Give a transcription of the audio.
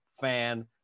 fan